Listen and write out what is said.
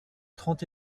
trente